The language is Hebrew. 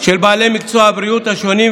של בעלי מקצועות הבריאות השונים,